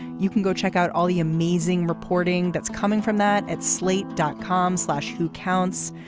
you can go check out all the amazing reporting that's coming from that. at slate dot com slash who counts.